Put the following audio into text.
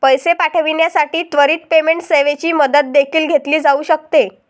पैसे पाठविण्यासाठी त्वरित पेमेंट सेवेची मदत देखील घेतली जाऊ शकते